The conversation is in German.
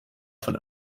von